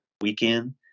weekend